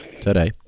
today